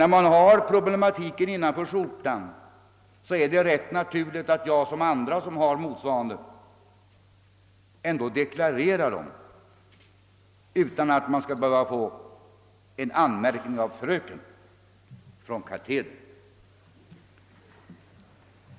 När man har problematiken innanför skjortan är det naturligt att göra som andra med motsvarande bekymmer, d. v. s. deklarera dem utan att därför behöva få en anmärkning av fröken från katedern.